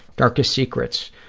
darkest secrets.